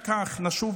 רק כך נשיב,